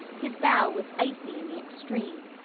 his bow was icy in the extreme.